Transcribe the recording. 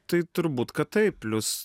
tai turbūt kad taip plius